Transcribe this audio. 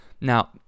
Now